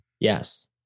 Yes